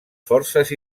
forces